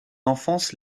enfance